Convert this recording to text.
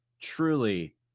truly